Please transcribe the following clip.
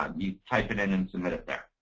um you type it in and submit it there.